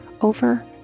over